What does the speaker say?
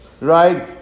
right